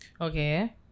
Okay